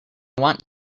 want